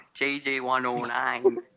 JJ109